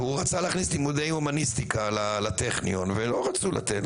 רצה להכניס לימודי הומניסטיקה לטכניון ולא רצו לתת לו,